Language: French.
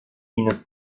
une